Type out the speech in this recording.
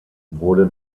wurde